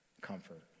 comfort